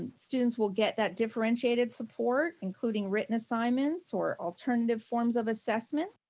and students will get that differentiated support, including written assignments or alternative forms of assessment.